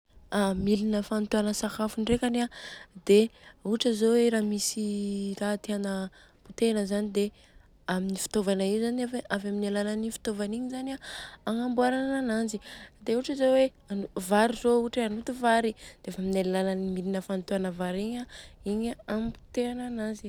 Milina fagnotôna sakafo ndrekany a dia ohatra zô hoe raha misy raha tiana potehina zany dia amin'ny fitaovana io zany avy amin'ny alalan'ny fitaovana igny zany an agnamboarana. Dia ohatra zô hoe vary zô hoe ohatra zô hoe hanoto vary, dia avy amin'ny alalan'ny milina fagnotôna vary igny a hamoteha ananjy.